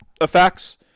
effects